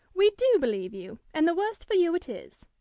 we do believe you and the worse for you it is.